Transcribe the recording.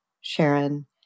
Sharon